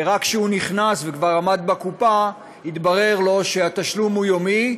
ורק כשהוא נכנס וכבר עמד בקופה התברר לו שהתשלום הוא יומי,